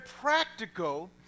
practical